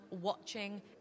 watching